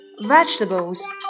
Vegetables